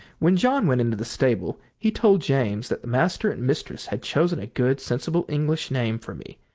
when john went into the stable he told james that master and mistress had chosen a good, sensible english name for me,